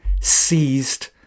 seized